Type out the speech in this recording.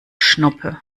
schnuppe